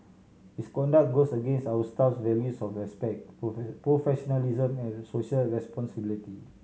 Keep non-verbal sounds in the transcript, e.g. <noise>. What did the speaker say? his conduct goes against our staff values of respect <unintelligible> professionalism and social responsibility